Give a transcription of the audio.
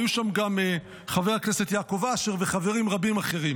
היו שם גם חבר הכנסת יעקב אשר וחברים רבים אחרים,